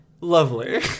lovely